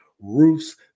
Roofs